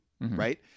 right